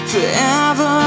Forever